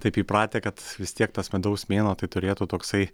taip įpratę kad vis tiek tas medaus mėnuo tai turėtų toksai